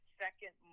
second